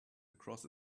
across